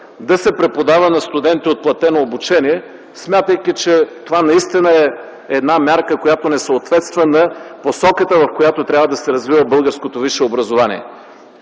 да се преподава на студенти от платено обучение, смятайки че това е наистина една мярка, която не съответства на посоката, в която трябва да се развива българското висше образование.